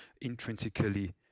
intrinsically